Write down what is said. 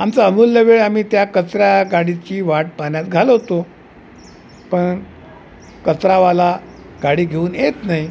आमचा अमूल्य वेळ आम्ही त्या कचरा गाडीची वाट पाहण्यात घालवतो पण कचरावाला गाडी घेऊन येत नाही